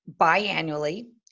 biannually